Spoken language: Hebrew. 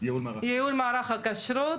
(ייעול מערך הכשרות)